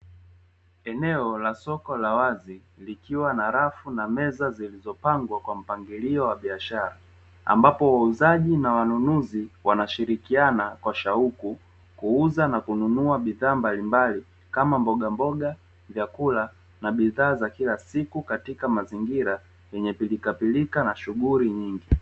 Eneo la soko la wazi likiwa na rafu na meza zilizopangiliwa kwa mpangilio wa biashara, ambapo wauzaji na wanunuzi wanashirikiana kwa shauku kuuza na kununua bidha mbalimbali kama mbogamboga, vyakula na bidhaa za kila siku katika mazingira yenye pilikapilika na shughuli nyingi.